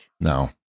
No